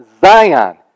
Zion